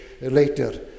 later